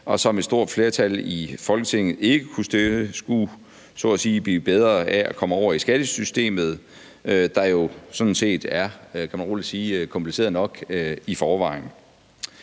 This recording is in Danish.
66, som et stort flertal i Folketinget ikke kunne støtte, så at sige skulle blive bedre af at komme over i skattesystemet, der jo sådan set, kan man rolig sige, er kompliceret nok i forvejen.